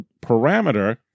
parameter